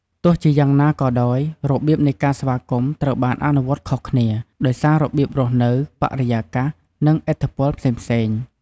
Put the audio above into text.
ទោះជាយ៉ាងណាក៏ដោយ របៀបនៃការស្វាគមន៍ត្រូវបានអនុវត្តខុសគ្នា ដោយសាររបៀបរស់នៅ បរិយាកាស និងឥទ្ធិពលផ្សេងៗ។